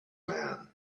man